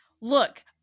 Look